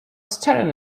staring